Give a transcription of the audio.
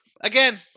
again